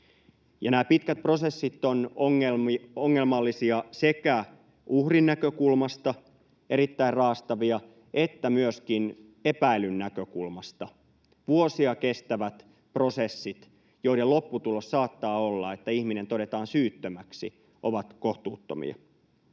pitkät prosessit ovat ongelmallisia sekä uhrin näkökulmasta — erittäin raastavia — että myöskin epäillyn näkökulmasta. Vuosia kestävät prosessit, joiden lopputulos saattaa olla, että ihminen todetaan syyttömäksi, ovat kohtuuttomia.